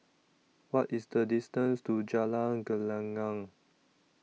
What IS The distance to Jalan Gelenggang